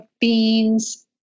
beans